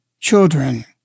children